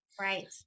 Right